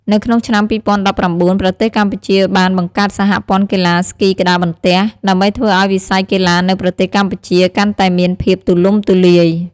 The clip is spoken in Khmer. នៅក្នុងឆ្នាំ ២០១៩ ប្រទេសកម្ពុជាបានបង្កើតសហព័ន្ធកីឡាស្គីក្ដារបន្ទះ ដើម្បីធ្វើឱ្យវិស័យកីឡានៅប្រទេសកម្ពុជាកាន់តែមានភាពទូលំទូលាយ។